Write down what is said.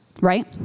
right